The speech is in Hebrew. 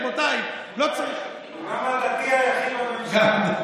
רבותיי, לא צריך, הוא גם הדתי היחיד בממשלה.